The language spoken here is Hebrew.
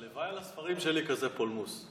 הלוואי על הספרים שלי כזה פולמוס.